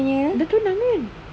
dah tunang kan